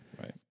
right